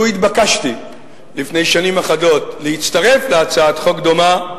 לו התבקשתי לפני שנים אחדות להצטרף להצעת חוק דומה,